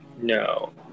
no